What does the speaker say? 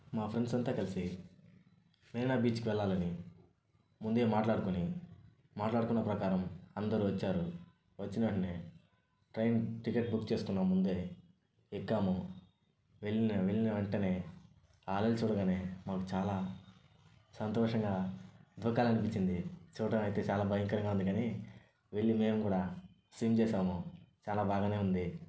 మా ఫ్రెండ్స్ అంతా కలిసి మెరీనా బీచ్కి వెళ్ళాలని ముందే మాట్లాడుకొని మాట్లాడుకున్న ప్రకారం అందరూ వచ్చారు వచ్చిన వెంటనే ట్రైన్ టికెట్ బుక్ చేసుకున్నాము ముందే ఎక్కాము వెళ్ళిన వెళ్ళిన వెంటనే ఆ నీళ్ళను చూడగానే మాకు చాల సంతోషంగా దూకాలి అనిపించింది చూడడానికి చాలా భయంకరంగా ఉంది కానీ వెళ్ళి మేము కూడా స్విమ్ చేసాము చాలా బాగానే ఉంది